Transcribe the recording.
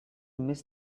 miss